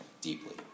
deeply